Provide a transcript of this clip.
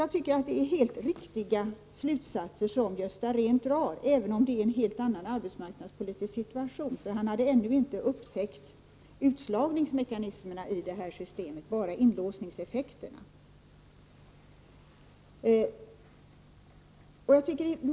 Jag tycker att Gösta Rehn drar helt riktiga slutsatser, även om den arbetsmarknadspolitiska situationen är en helt annan i dag. Han hade ännu inte upptäckt utslagningsmekanismerna i systemet, bara inlåsningseffekterna.